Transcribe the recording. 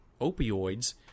opioids